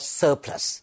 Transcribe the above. surplus